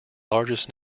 largest